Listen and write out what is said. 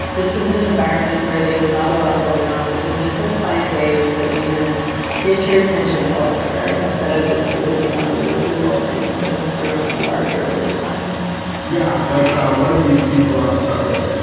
this is an environment where there is not a lot going on, but you need to find ways that you can get your attention elsewhere instead of just focusing on those little things that have grown larger over time yeah, like one of these people i'm stuck with.